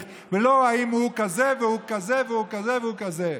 ולא האם הוא כזה והוא כזה והוא כזה והוא כזה.